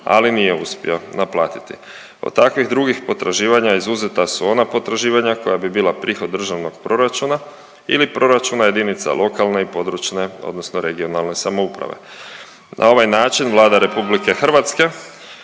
ali nije uspio naplatiti. Od takvih drugih potraživanja izuzeta su ona potraživanja koja bi bila prihod Državnog proračuna ili proračuna jedinica lokalne i područne odnosno regionalne samouprave. Na ovaj način Vlada RH odlučila je